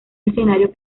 escenario